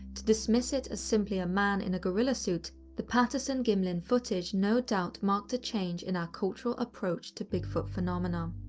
to dismiss it as simply a man in a gorilla suit, the patterson-gimlin footage no doubt marked a change in our cultural approach to bigfoot phenomenon.